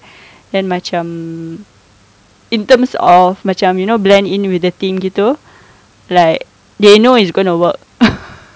then macam in terms of macam you know blend in with the team gitu like they know it's going to work